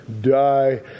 die